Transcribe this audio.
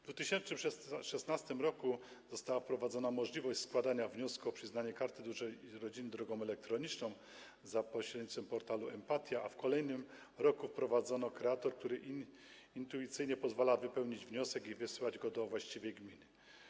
W 2016 r. została wprowadzona możliwość składania wniosku o przyznanie Karty Dużej Rodziny drogą elektroniczną za pośrednictwem portalu Emp@tia, a w kolejnym roku wprowadzono kreator, który intuicyjnie pozwala wypełnić wniosek i wysłać go do właściwej gminy.